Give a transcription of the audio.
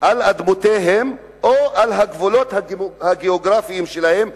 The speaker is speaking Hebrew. על אדמותיהם או על הגבולות הגיאוגרפיים שלהם.